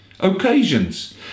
occasions